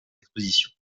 expositions